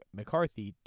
McCarthy